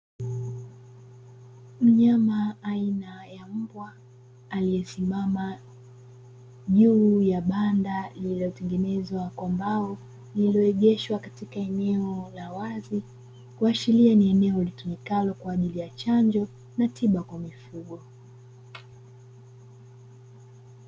Mnyama aina ya mbwa aliye simama juu ya mbao liyoegeshwa katika eneo la wazi kuashiria ni eneo lilitumikalo kwa ajili ya chanjo na tiba kwa mifugo.